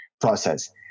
process